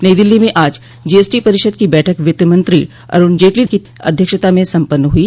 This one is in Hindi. नई दिल्ली में आज जीएसटी परिषद की बैठक वित्तमंत्री अरूण जेटली की अध्यक्षता में सम्पन्न हुई